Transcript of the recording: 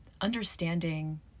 understanding